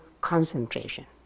concentration